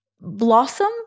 blossom